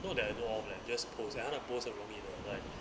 not that I know of leh just post and 它的 post 很容易的 like